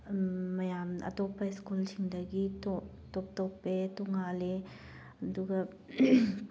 ꯃꯌꯥꯝ ꯑꯇꯣꯞꯄ ꯁ꯭ꯀꯨꯜꯁꯤꯡꯗꯒꯤ ꯇꯣꯞ ꯇꯣꯞ ꯇꯣꯞꯄꯦ ꯇꯣꯉꯥꯜꯂꯦ ꯑꯗꯨꯒ